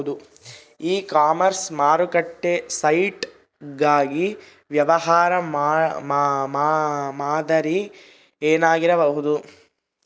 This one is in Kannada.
ಇ ಕಾಮರ್ಸ್ ಮಾರುಕಟ್ಟೆ ಸೈಟ್ ಗಾಗಿ ವ್ಯವಹಾರ ಮಾದರಿ ಏನಾಗಿರಬೇಕು?